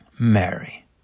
Mary